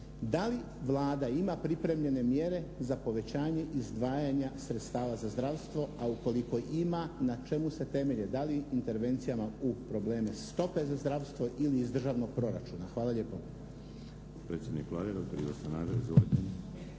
Da li Vlada ima pripremljene mjere za povećanje izdvajanja sredstava za zdravstvo, a ukoliko ima na čemu se temelje, da li intervencijama u probleme stope za zdravstvo ili iz državnog proračuna? Hvala lijepo.